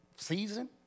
season